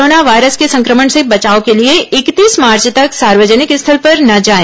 corona virus के संक्रमण से बचाव के लिए इकतीस मार्च तक सार्वजनिक स्थल पर न जाए